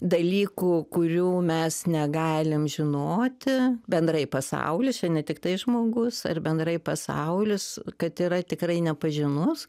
dalykų kurių mes negalim žinoti bendrai pasaulis čia ne tiktai žmogus bendrai pasaulis kad yra tikrai nepažinus